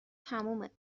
تمومه